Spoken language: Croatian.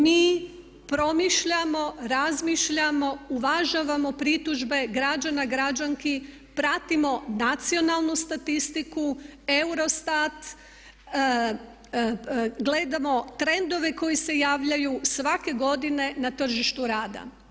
Mi promišljamo, razmišljamo, uvažavamo pritužbe građana, građanki, pratimo nacionalnu statistiku, Eurostat, gledamo trendove koji se javljaju, svake godine na tržištu rada.